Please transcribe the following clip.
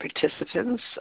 participants